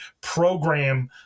program